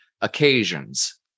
occasions